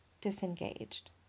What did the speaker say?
disengaged